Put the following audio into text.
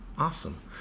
Awesome